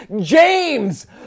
James